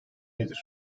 nedir